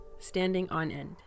standingonend